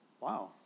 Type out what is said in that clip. Wow